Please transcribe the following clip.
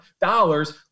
dollars